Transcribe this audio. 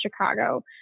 Chicago